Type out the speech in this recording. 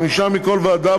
חמישה מכל ועדה,